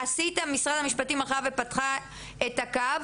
עכשיו משרד המשפטים הלך ופתח את הקו,